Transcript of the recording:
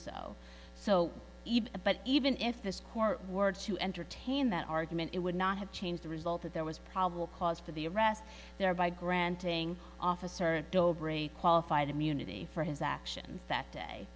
even but even if this court were to entertain that argument it would not have changed the result that there was probable cause for the arrest there by granting officer qualified immunity for his actions that